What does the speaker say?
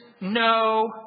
no